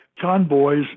convoys